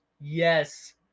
yes